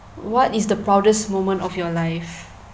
what is the proudest moment of your life